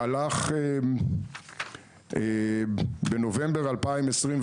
בנובמבר 2021,